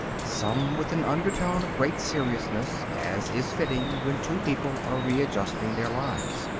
some with an undertone of great seriousness, as is fitting when two people are readjusting their lives.